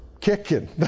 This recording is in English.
kicking